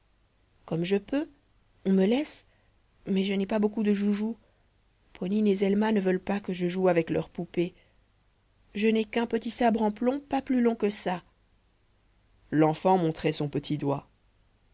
comme je peux on me laisse mais je n'ai pas beaucoup de joujoux ponine et zelma ne veulent pas que je joue avec leurs poupées je n'ai qu'un petit sabre en plomb pas plus long que ça l'enfant montrait son petit doigt